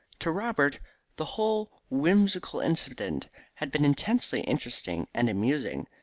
to robert the whole whimsical incident had been intensely interesting and amusing.